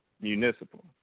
municipal